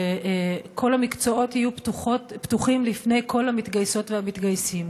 כל המקצועות יהיו פתוחים לפני כל המתגייסות ומתגייסים,